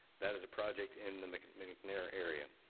that is a project in the mcnair mcnair area.